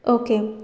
okay